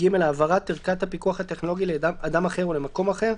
(ג)העברת ערכת הפיקוח הטכנולוגי לאדם אחר או למקום אחר,